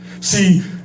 See